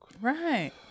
right